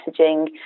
messaging